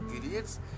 periods